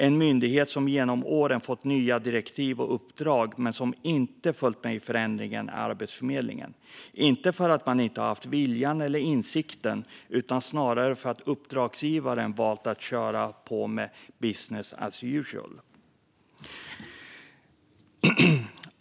En myndighet som genom åren har fått nya direktiv och uppdrag men som inte har följt med i förändringen är Arbetsförmedlingen, inte för att man inte har haft viljan eller insikten utan snarare för att uppdragsgivaren valt att köra på med "business as usual".